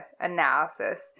analysis